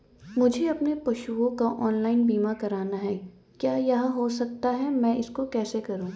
मुझे अपने पशुओं का ऑनलाइन बीमा करना है क्या यह हो सकता है मैं इसको कैसे करूँ?